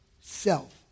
self